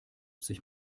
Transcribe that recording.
sich